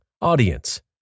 Audience